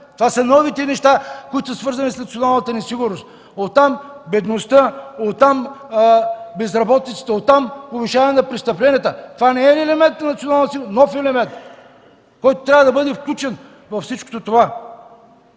Това са новите неща, свързани с националната ни сигурност. Оттам – бедността, оттам – безработицата, оттам – повишаване на престъпленията. Това не е ли нов елемент на националната сигурност, който трябва да бъде включен във всичко това?!